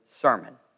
sermon